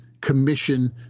commission